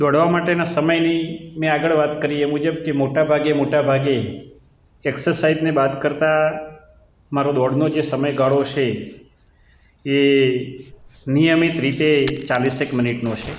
દોડવા માટેના સમયની મેં આગળ વાત કરી એ મુજબ કે મોટા ભાગે મોટા ભાગે એક્સસાઈજને બાદ કરતાં મારો દોડનો જે સમયગાળો છે એ નિયમિત રીતે ચાલીસેક મિનિટનો છે